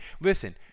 listen